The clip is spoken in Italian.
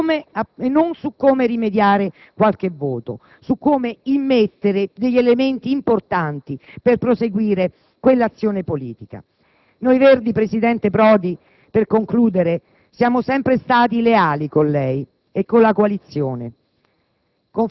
non su come rimediare qualche voto ma su come immettere elementi importanti per proseguire quell'azione politica. Per concludere, presidente Prodi, noi Verdi siamo sempre stati leali con lei e con la coalizione,